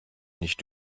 nicht